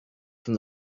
from